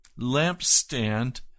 lampstand